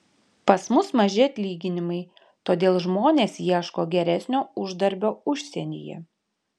pas mus maži atlyginimai todėl žmonės ieško geresnio uždarbio užsienyje